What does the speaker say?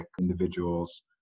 individuals